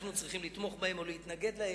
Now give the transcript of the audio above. אנחנו צריכים לתמוך בהם או להתנגד להם.